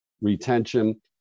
retention